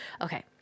okay